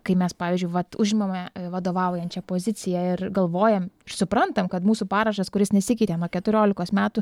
kai mes pavyzdžiui vat užimame vadovaujančią poziciją ir galvojam ir suprantam kad mūsų parašas kuris nesikeitė nuo keturiolikos metų